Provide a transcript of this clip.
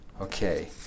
Okay